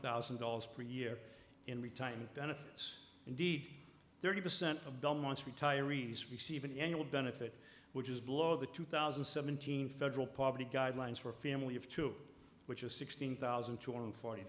thousand dollars per year in retirement benefits indeed thirty percent of belmont's retirees receive an annual benefit which is blow the two thousand and seventeen federal poverty guidelines for a family of two which is sixteen thousand two hundred forty